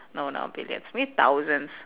no not billions maybe thousands